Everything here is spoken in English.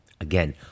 Again